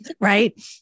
right